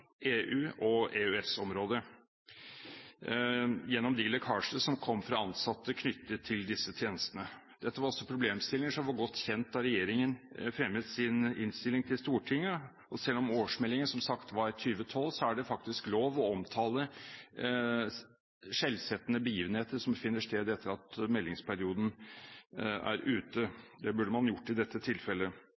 EU og EØS-området – gjennom lekkasjene fra ansatte knyttet til disse tjenestene. Dette var også problemstillinger som var godt kjent da regjeringen la frem sine årsmeldinger for Stortinget. Selv om årsmeldingene, som sagt, er for 2012, er det lov å omtale skjellsettende begivenheter som finner sted etter at meldingsperioden er over. Det burde man gjort i dette tilfellet.